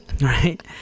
right